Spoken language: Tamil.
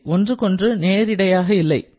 இவை ஒன்றுக்கொன்று நேரிடையாக இல்லை